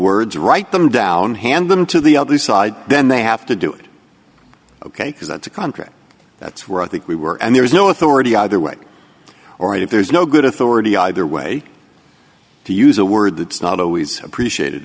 words write them down hand them to the other side then they have to do it ok because that's a contract that's where i think we were and there is no authority either way or if there's no good authority either way to use a word that's not always appreciated